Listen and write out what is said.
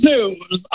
News